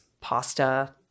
pasta